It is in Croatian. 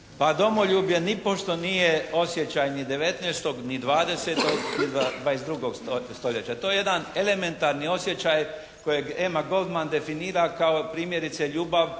Pa, domoljublje nipošto nije osjećaj ni 19. ni 20., ni 22 stoljeća. To je jedan elementarni osjećaj koji …/Govornik se ne razumije./… definira kao primjerice ljubav